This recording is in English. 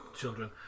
children